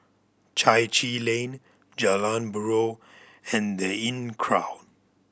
Chai Chee Lane Jalan Buroh and The Inncrowd